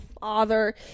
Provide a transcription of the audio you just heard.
father